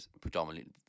predominantly